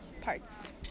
parts